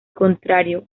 contrario